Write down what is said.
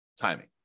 timing